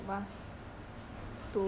straight to